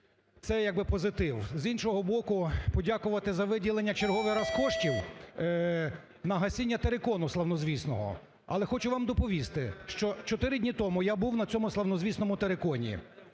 Це як би позитив. З іншого боку, подякувати за виділення черговий раз коштів на гасіння терикону славнозвісного. Але хочу вам доповісти, що чотири дні тому я був на цьому славнозвісному териконі.